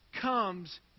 comes